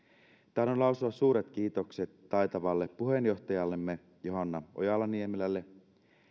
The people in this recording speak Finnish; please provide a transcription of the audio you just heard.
tahdon lausua suuret kiitokset taitavalle puheenjohtajallemme johanna ojala niemelälle